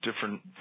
different